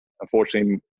unfortunately